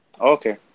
Okay